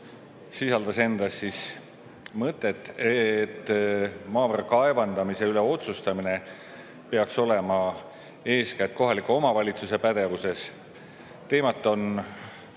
sisaldas endas mõtet, et maavara kaevandamise üle otsustamine peaks olema eeskätt kohaliku omavalitsuse pädevuses. Teemat on